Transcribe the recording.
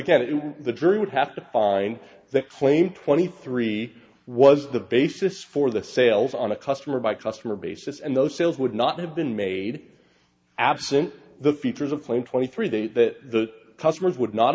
again the jury would have to find the claim twenty three was the basis for the sales on a customer by customer basis and those sales would not have been made absent the features of playing twenty three days that the customers would not